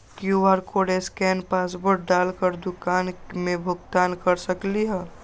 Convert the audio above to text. QR code scan password डाल कर दुकान में भुगतान कर सकलीहल?